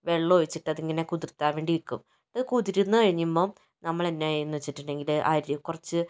വെള്ളം ഒഴിച്ചിട്ട് അതിങ്ങനെ കുതിർക്കാൻ വേണ്ടി വെക്കും അത് കുതിർന്ന് കഴിയുമ്പോൾ നമ്മൾ എന്നാ ചെയ്യും എന്ന് വെച്ചിട്ടുണ്ടെങ്കിൽ അതിൽ കുറച്ച്